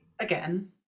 again